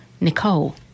Nicole